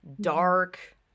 dark